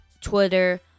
Twitter